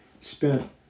spent